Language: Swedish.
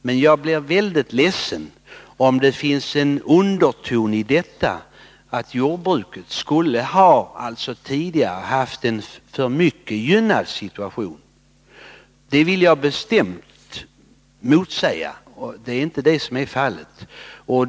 Men jag blir mycket ledsen om det finns en underton i detta, som betyder att jordbruket tidigare skulle ha haft en alltför gynnad situation. Det vill jag bestämt motsäga. Så är inte fallet.